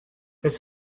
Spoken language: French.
elles